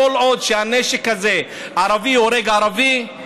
כל עוד בנשק הזה ערבי הורג ערבי,